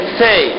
say